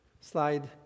Slide